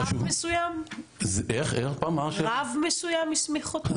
רב מסוים הסמיך אותם?